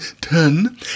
ten